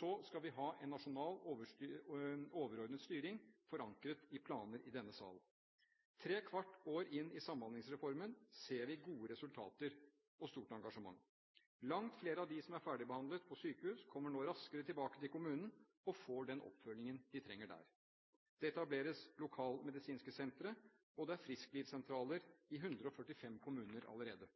Så skal vi ha en nasjonal overordnet styring, forankret i planer i denne sal. Trekvart år inn i Samhandlingsreformen ser vi gode resultater og stort engasjement. Langt flere av dem som er ferdigbehandlet på sykehus, kommer nå raskere tilbake til kommunen og får den oppfølgingen de trenger der. Det etableres lokalmedisinske sentre, og det er frisklivssentraler i 145 kommuner allerede.